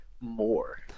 more